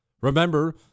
remember